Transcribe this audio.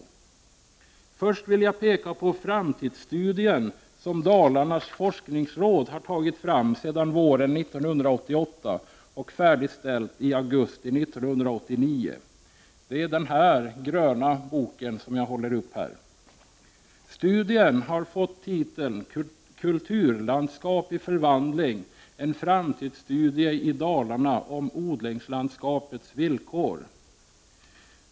Först vill jag peka på den framtidsstudie som Dalarnas forskningsråd har tagit fram sedan våren 1988 och färdigställt i augusti 1989. Stu dien har fått titeln ”Kulturlandskap i förvandling — En framtidsstudie i Dalarna om odlingslandskapets villkor”.